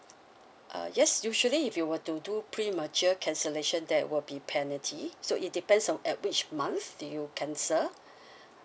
uh yes usually if you were to do premature uh cancellation there will be penalty so it depends on at which month you cancel